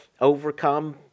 overcome